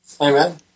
Amen